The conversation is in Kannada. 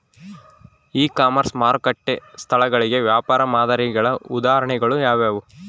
ಇ ಕಾಮರ್ಸ್ ಮಾರುಕಟ್ಟೆ ಸ್ಥಳಗಳಿಗೆ ವ್ಯಾಪಾರ ಮಾದರಿಗಳ ಉದಾಹರಣೆಗಳು ಯಾವುವು?